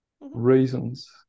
Reasons